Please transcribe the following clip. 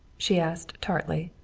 she asked tartly.